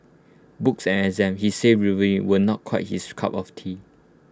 books and exams he says rueful were not quite his cup of tea